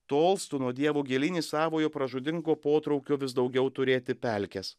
tolstu nuo dievo gilyn į savojo pražūtingo potraukio vis daugiau turėti pelkes